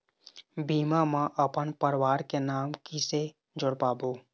बीमा म अपन परवार के नाम किसे जोड़ पाबो?